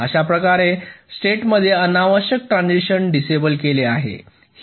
अशा स्टेटमध्ये अनावश्यक ट्रान्झिशन डिसेबल केले आहे